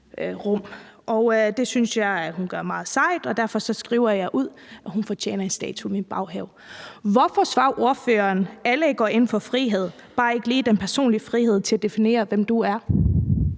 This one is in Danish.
Det synes jeg hun gør meget sejt, og derfor skriver jeg ud, at hun fortjener en statue i min baghave. Hvorfor svarer ordføreren, at alle går ind for frihed, bare ikke lige den personlige frihed til at definere, hvem du er?